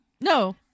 No